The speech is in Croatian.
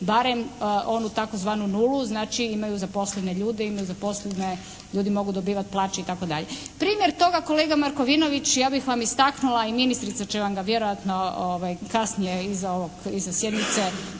barem onu tzv. nulu, znači imaju zaposlene ljude, ljudi mogu dobivati plaće itd. Primjer toga kolega Markovinović ja bih vam istaknula i ministrica će vam ga vjerojatno kasnije iza sjednice